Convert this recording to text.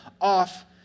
off